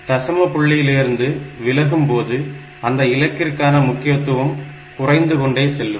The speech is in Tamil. நாம் தசம புள்ளியிலிருந்து விலகும்போது அந்த இலக்கத்திற்கான முக்கியத்துவம் குறைந்து கொண்டே செல்லும்